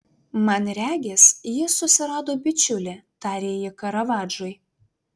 man regis jis susirado bičiulį tarė ji karavadžui